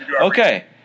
Okay